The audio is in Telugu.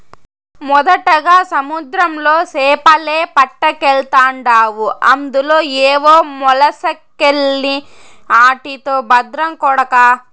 మొదటగా సముద్రంలో సేపలే పట్టకెల్తాండావు అందులో ఏవో మొలసకెల్ని ఆటితో బద్రం కొడకా